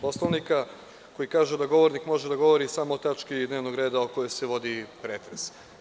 Poslovnika, koji kaže da govornik može da govori samo o tački dnevnog reda o kojoj se vodi pretres.